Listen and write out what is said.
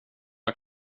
jag